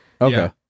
Okay